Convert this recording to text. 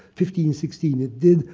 fifteen-sixteen, it did.